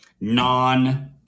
non